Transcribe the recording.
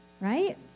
right